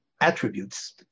attributes